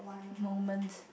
moment